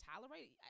tolerate